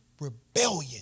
rebellion